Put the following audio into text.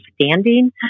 understanding